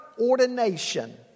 ordination